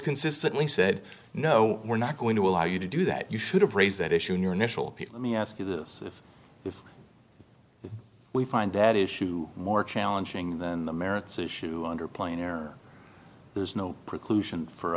consistently said no we're not going to allow you to do that you should have raised that issue in your initial me ask you this if we find that issue more challenging than the merits issue under plainer there's no